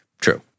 True